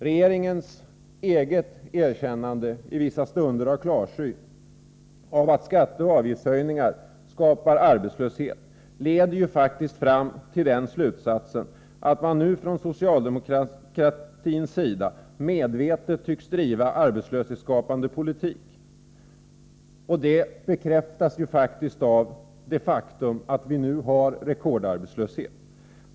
Regeringens eget erkännande i vissa stunder av klarsyn av att skatteoch avgiftshöjningar skapar arbetslöshet leder fram till slutsatsen att man nu från socialdemokratins sida medvetet tycks driva arbetslöshetsskapande politik. Det bekräftas också av att vi nu har rekordarbetslöshet.